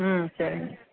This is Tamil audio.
ம் சரிங்க